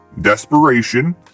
Desperation